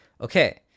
okay